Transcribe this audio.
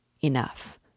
Enough